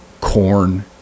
corn